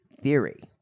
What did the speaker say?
theory